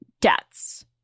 debts